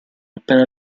appena